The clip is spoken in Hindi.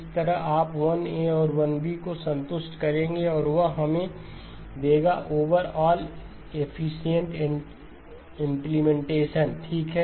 इस तरह आप 1 ए और 1 बी को संतुष्ट करेंगे और वह हमें देगा ओवरऑल एफिशिएंट इंप्लीमेंटेशन ठीक है